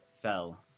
fell